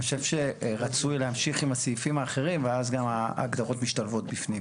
אני חושב שרצוי להמשיך עם הסעיפים האחרים ואז גם ההגדרות משתלבות בפנים.